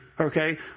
okay